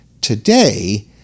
Today